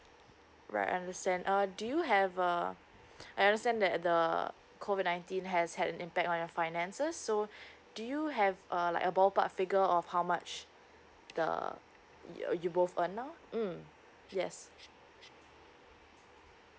right understand uh do you have uh I understand that the COVID nineteen has had an impact on your finances so do you have a like a ballpark figure of how much the uh you both earn now mm yes